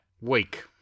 week